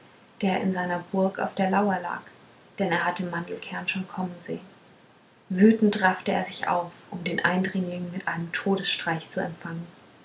der in seiner burg auf der lauer lag denn er hatte mandelkern schon kommen sehen wütend raffte er sich auf um den eindringling mit einem todesstreich zu empfangen